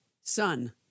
Son